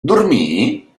dormir